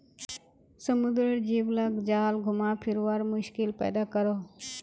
समुद्रेर जीव लाक जाल घुमा फिरवात मुश्किल पैदा करोह